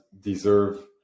deserve